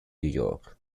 york